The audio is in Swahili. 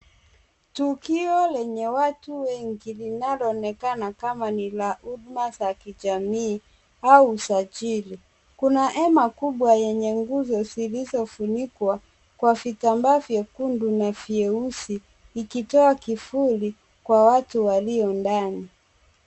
Tukio lenye watu wengi linaloonekana kama ni la huduma za kijamii au usajili. Kuna hema kubwa yenye nguzo zilizofunikwa kwa vitambaa vyekundu na vyeusi ikitoa kivuli kwa watu walio ndani.